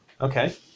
Okay